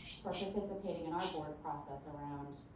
for participating in our board process around.